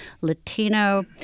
Latino